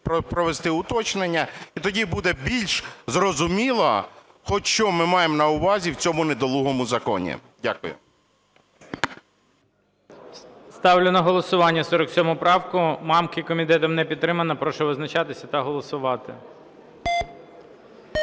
провести уточнення, і тоді буде більш зрозуміло, хоч що ми маємо на увазі у цьому недолугому законі. Дякую. ГОЛОВУЮЧИЙ. Ставлю на голосування 47 правку Мамки. Комітетом не підтримана. Прошу визначатися та голосувати.